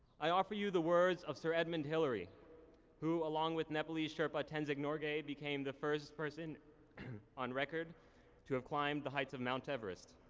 i offer you the words of sir edmund hillary who, along with nepalese shirpa tenzing norgay, became the first person on record to have climbed the heights of mount everest.